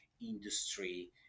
industry